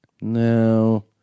No